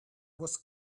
was